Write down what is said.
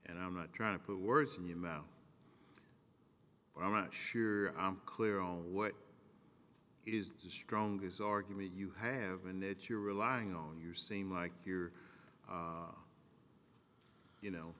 and i'm not trying to put words in your mouth but i'm not sure i'm clear on what is the strongest argument you have and that you're relying on you seem like you're you know